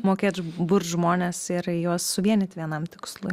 mokėt burt žmones ir juos suvienyt vienam tikslui